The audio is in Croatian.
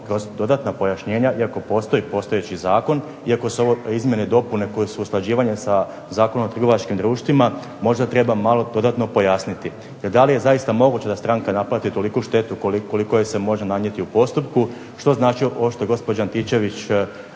dodatna pojašnjenja, iako postoji postojeći zakon, iako su ovo izmjene i dopune koje su usklađivanje sa Zakonom o trgovačkim društvima možda treba malo dodatno pojasniti, da li je zaista moguće da stranka naplati toliku štetu koliko joj se može nanijeti u postupku, što znači ovo što je gospođa Antičević